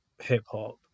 hip-hop